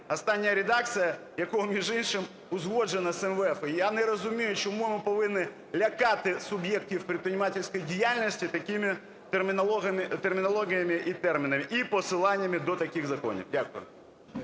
остання редакція якого, між іншим, узгоджена з МВФ. Я не розумію, чому ми повинні лякати суб'єктів предпринимательской діяльності такими термінологією і термінами, і посиланнями до таких законів? Дякую.